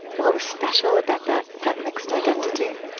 what was special about that that mixed identity?